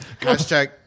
Hashtag